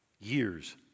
years